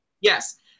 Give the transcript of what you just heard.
Yes